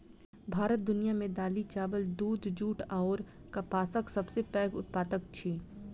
भारत दुनिया मे दालि, चाबल, दूध, जूट अऔर कपासक सबसे पैघ उत्पादक अछि